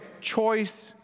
choice